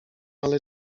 ale